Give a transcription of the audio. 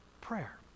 prayer